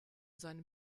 seinen